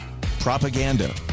propaganda